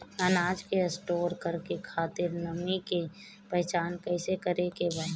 अनाज के स्टोर करके खातिर नमी के पहचान कैसे करेके बा?